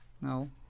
No